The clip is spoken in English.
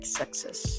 success